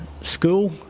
school